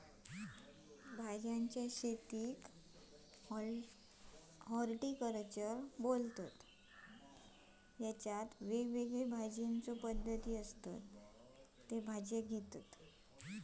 भाज्यांच्या शेतीयेक हॉर्टिकल्चर बोलतत तेच्यात वेगवेगळ्या पद्धतीच्यो भाज्यो घेतत